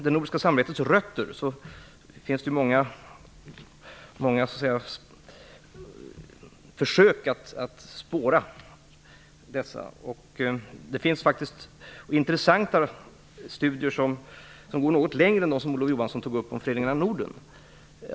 Det finns många försök att spåra det nordiska samarbetets rötter. Det finns intressanta studier som går något längre än de som Olof Johansson tog upp om Föreningen Norden.